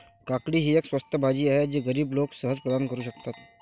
काकडी ही एक स्वस्त भाजी आहे जी गरीब लोक सहज प्रदान करू शकतात